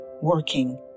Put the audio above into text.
working